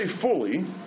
fully